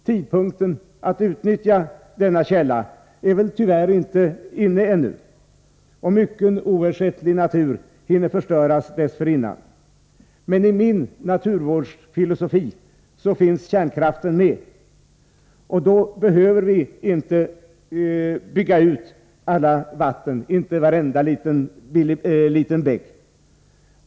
Tidpunkten att utnyttja denna källa är väl tyvärr ännu inte inne, och mycken oersättlig natur hinner förstöras dessförinnan. Men i min naturvårdsfilosofi finns kärnkraften med. Då behöver vi inte bygga ut alla vatten — inte varenda liten bäck.